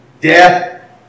death